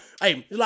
hey